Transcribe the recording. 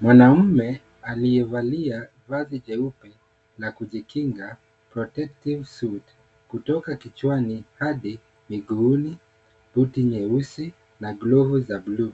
Mwanaume aliyevalia vazi jeupe na kujikinga (CS) protective suits(CS)kutoka kichwani hadi muguuni buti nyeusi na glovu za bluu.